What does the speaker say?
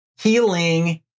healing